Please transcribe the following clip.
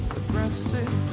aggressive